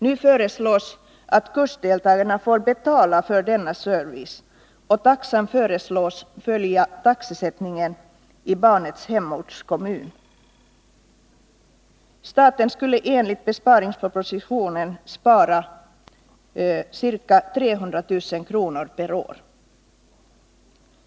Nu föreslås att kursdeltagarna skall betala för denna service, och taxan föreslås följa taxesättningen i barnets hemortskommun. Staten skulle enligt besparingspropositionen spara 300 000 kr. per år.